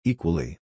Equally